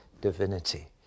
divinity